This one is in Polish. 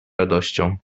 radością